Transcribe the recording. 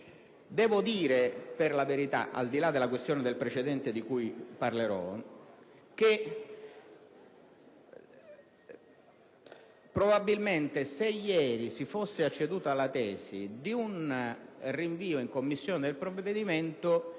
Devo dire per la verità, al di là della questione del precedente di cui parlerò, che probabilmente se ieri si fosse acceduto alla tesi di un rinvio in Commissione del provvedimento